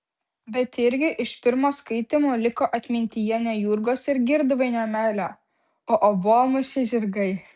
bet irgi iš pirmo skaitymo liko atmintyje ne jurgos ir girdvainio meilė o obuolmušiai žirgai